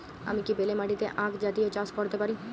আমি কি বেলে মাটিতে আক জাতীয় চাষ করতে পারি?